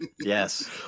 yes